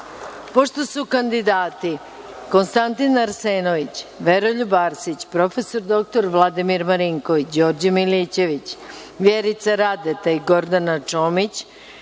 glasa. Pošto su kandidati Konstantin Arsenović, Veroljub Arsić, prof. dr Vladimir Marinković, Đorđe Milićević, Vjerica Radeta i Gordana Čomić